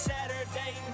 Saturday